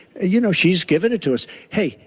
you know, she has given it to us. hey,